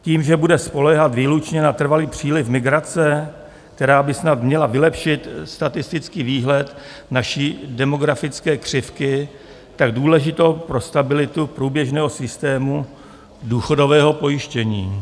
Tím, že bude spoléhat výlučně na trvalý příliv migrace, která by snad měla vylepšit statistický výhled naší demografické křivky, tak důležitou pro stabilitu průběžného systému důchodového pojištění?